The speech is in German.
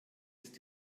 ist